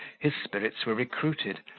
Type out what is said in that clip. his spirits were recruited,